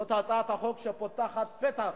זו הצעת חוק שפותחת פתח